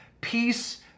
peace